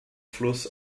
fluss